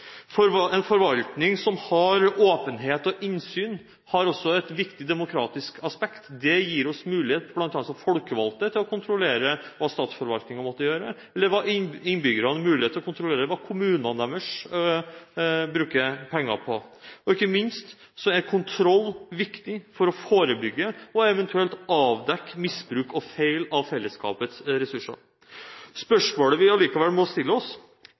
En forvaltning som har åpenhet og innsyn, har også et viktig demokratisk aspekt. Det gir oss mulighet, bl.a. som folkevalgte, til å kontrollere hva statsforvaltningen måtte gjøre, eller innbyggerne har mulighet til å kontrollere hva kommunene deres bruker penger på. Ikke minst er kontroll viktig for å forebygge og eventuelt avdekke misbruk og feil av fellesskapets ressurser. Spørsmålene vi likevel må stille oss